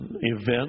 event